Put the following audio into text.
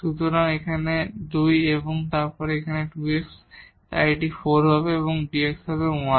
সুতরাং এখানে 2 এবং এই 2 x তাই এটি 4 হবে এবং dx হবে 1